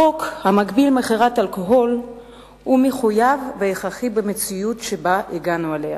החוק המגביל מכירת אלכוהול מחויב והכרחי במציאות שהגענו אליה.